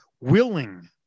willing